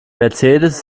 mercedes